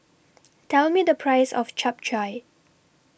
Tell Me The Price of Chap Chai